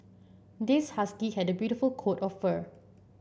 this husky had beautiful coat of fur